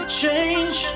change